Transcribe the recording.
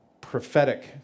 prophetic